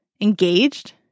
engaged